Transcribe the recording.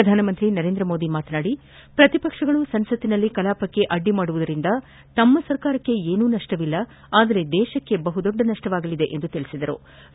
ಪ್ರಧಾನಮಂತ್ರಿ ನರೇಂದ್ರ ಮೋದಿ ಮಾತನಾಡಿ ಪ್ರತಿಪಕ್ಷಗಳು ಸಂಸತ್ತಿನಲ್ಲಿ ಕಲಾಪಕ್ಕೆ ಅಡ್ಡಿಪಡಿಸುತ್ತಿರುವುದರಿಂದ ತಮ್ಮ ಸರ್ಕಾರಕ್ಕೆ ಏನೂ ನಷ್ವವಿಲ್ಲ ಆದರೆ ದೇಶಕ್ಕೆ ಬಹುದೊಡ್ಡ ನಷ್ಟವಾಗಲಿದೆ ಎಂದರು